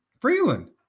Freeland